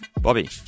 Bobby